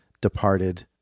departed